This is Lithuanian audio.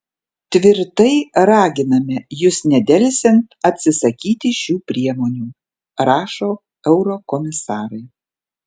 tvirtai raginame jus nedelsiant atsisakyti šių priemonių rašo eurokomisarai